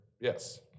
yes